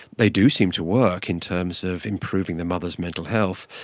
they do seem to work in terms of improving the mother's mental health,